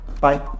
bye